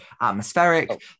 atmospheric